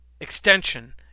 extension